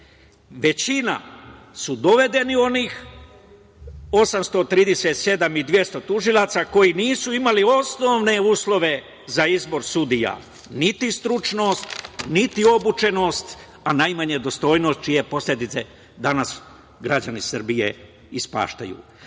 većina su dovedeni, onih 837.200 tužilaca koji nisu imali osnovne uslove za izbor sudija, niti stručnost, niti obučenost, a najmanje dostojnost, čije posledice danas građani Srbije ispaštaju. Prema